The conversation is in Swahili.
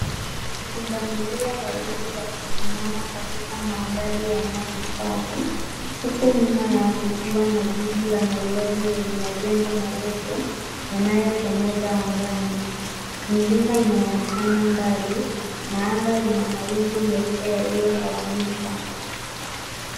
Pundamilia wawili wakisimama katika mandhari ya nyasi kavu huku nyuma yao kukiwa na jiji la Nairobi lenye majengo marefu yanayochomoza angani. Milima inaonekana mbali na anga lina mawingu meupe yaliyotawanyika.